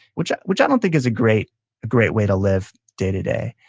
which which i don't think is a great great way to live day-to-day.